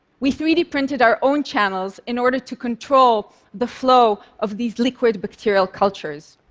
we three d printed our own channels in order to control the flow of these liquid bacterial cultures.